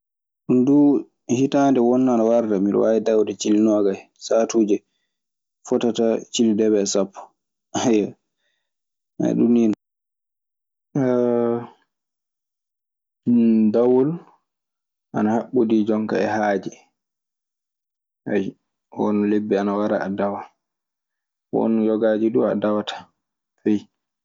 Ɗun dum hitande wono ana warda mi dawade cilli nogayi. Saatuuje fottata cilli deebe e sapo dun ni non. dawol aɗa haɓɓodi e jooni ka haaje, a yiyi. Won lebbi ina ngara a dawan. Won yogaaji du a dawataa, a yiyi.